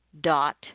dot